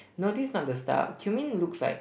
no this is not the star cumin looks like